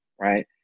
right